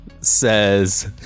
says